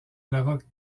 laroque